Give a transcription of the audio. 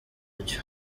buryo